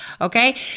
okay